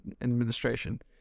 administration